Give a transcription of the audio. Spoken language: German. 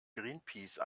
greenpeace